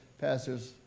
pastors